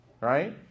Right